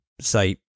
say